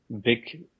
big